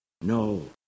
No